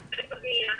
המקומי.